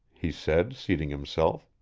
he said, seating himself.